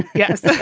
yes,